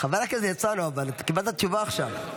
--- חבר הכנסת הרצנו, אבל קיבלת תשובה עכשיו.